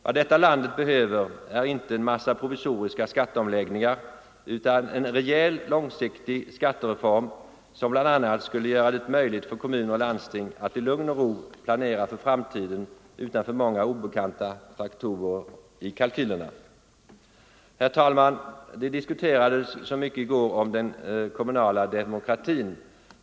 Vad detta land behöver är inte en massa provisoriska skatteomläggningar utan en rejäl långsiktig skattereform som bl.a. skulle göra det möjligt för kommuner och landsting att i lugn och ro planera för framtiden utan för många obekanta faktorer i kalkylerna. Herr talman! Det diskuterades så mycket i går om den kommunala demokratin.